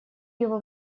его